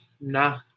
Nah